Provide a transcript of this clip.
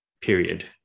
period